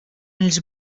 els